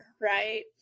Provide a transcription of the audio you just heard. right